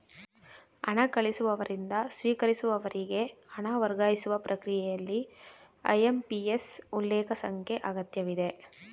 ಹಣ ಕಳಿಸುವವರಿಂದ ಸ್ವೀಕರಿಸುವವರಿಗೆ ಹಣ ವರ್ಗಾಯಿಸುವ ಪ್ರಕ್ರಿಯೆಯಲ್ಲಿ ಐ.ಎಂ.ಪಿ.ಎಸ್ ಉಲ್ಲೇಖ ಸಂಖ್ಯೆ ಅಗತ್ಯವಿದೆ